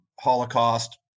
Holocaust